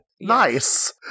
Nice